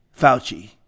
Fauci